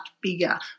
bigger